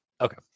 okay